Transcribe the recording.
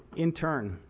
in turn,